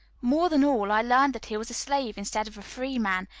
more than all, i learned that he was a slave instead of a free man,